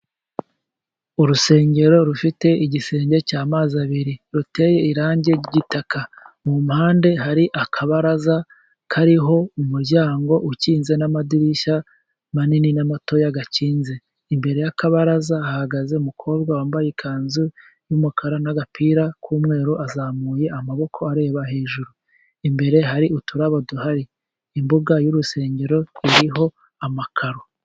Urusengero rufite igisenge cy'amazi abiri ruteye irangi ry'igitaka, mu mpande hari akabaraza kariho umuryango ukinze n'amadirishya manini na matoya akinze. Imbere y'akabaraza hahagaze umukobwa wambaye ikanzu y'umukara n'agapira kumweru, azamuye amaboko areba hejuru. Imbere hari uturabo duhari imbuga y'urusengero iriho amakaro.